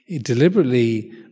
Deliberately